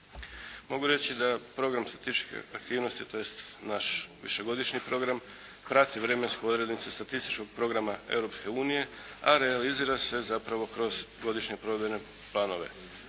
Mogu reći da program statističkih aktivnosti tj. naš višegodišnji program prati vremensku odrednicu statističkog programa Europske unije, a realizira se zapravo kroz godišnje provedbene planove.